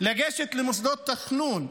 לגשת למוסדות התכנון,